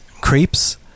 creeps